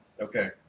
Okay